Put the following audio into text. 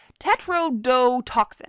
tetrodotoxin